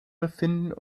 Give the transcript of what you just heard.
befinden